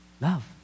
Love